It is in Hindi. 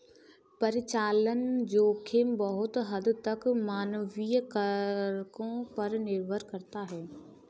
परिचालन जोखिम बहुत हद तक मानवीय कारकों पर निर्भर करता है